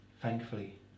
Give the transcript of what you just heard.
thankfully